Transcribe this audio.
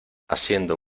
haciendo